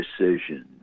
decision